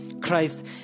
christ